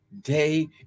day